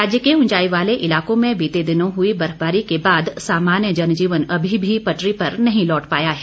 राज्य के उंचाई वाले इलाकों मे बीते दिनों हुई बर्फबारी के बाद सामान्य जनजीवन अभी भी पटरी पर नहीं लौट पाया है